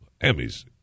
Emmys